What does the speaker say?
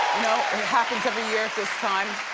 and it happens every year at this time.